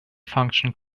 function